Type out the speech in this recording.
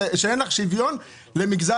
יש גם יותר ויותר אופנועים.